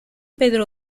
pedro